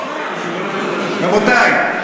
רבותי,